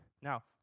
Now